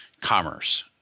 commerce